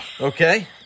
Okay